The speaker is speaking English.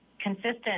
consistent